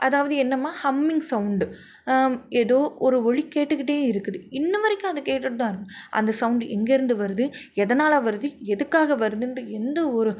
அதாவது என்னமா humming sound ஏதோ ஒரு ஒலி கேட்டுக்கிட்டே இருக்குது இன்ன வரைக்கும் அது கேட்டுகிட்டு தான் அந்த சவுண்டு எங்கேயிருந்து வருது எதனால் வருது எதுக்காக வருதுன்ட்டு எந்த ஒரு